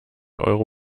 euro